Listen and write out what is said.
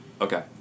Okay